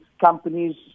Companies